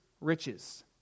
riches